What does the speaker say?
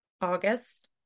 august